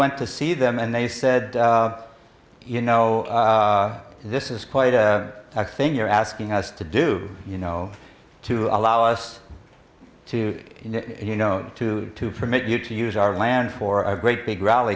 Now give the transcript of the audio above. went to see them and they said you know this is quite a thing you're asking us to do you know to allow us to you know to to permit you to use our land for a great big rally